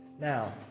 Now